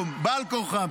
בעל כורחם.